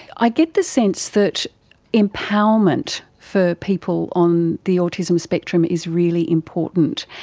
i get the sense that empowerment for people on the autism spectrum is really important,